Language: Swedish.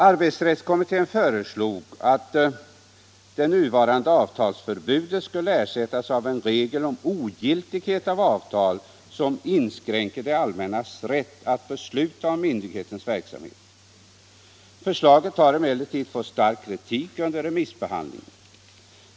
Arbetsrättskommittén föreslog att det nuvarande avtalsförbudet skulle ersättas av en regel om ogiltighet av avtal som inskränker det allmännas rätt att besluta om myndighets verksamhet. Förslaget har emellertid fått stark kritik under remissbehandlingen.